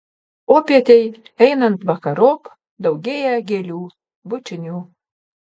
popietei einant vakarop daugėja gėlių bučinių